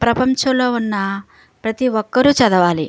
ప్రపంచంలో ఉన్న ప్రతి ఒక్కరు చదవాలి